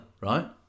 Right